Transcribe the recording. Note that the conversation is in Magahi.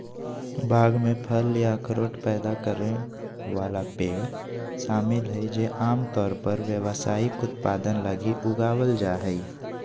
बाग में फल या अखरोट पैदा करे वाला पेड़ शामिल हइ जे आमतौर पर व्यावसायिक उत्पादन लगी उगावल जा हइ